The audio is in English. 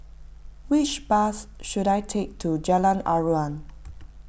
which bus should I take to Jalan Aruan